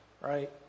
Right